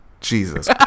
Jesus